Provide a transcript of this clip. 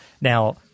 Now